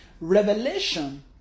Revelation